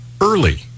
early